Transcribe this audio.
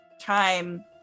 time